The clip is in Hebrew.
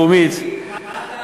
הלאומית,